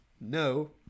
no